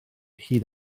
hyd